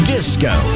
Disco